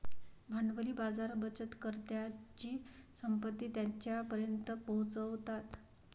भांडवली बाजार बचतकर्त्यांची संपत्ती त्यांच्यापर्यंत पोहोचवतात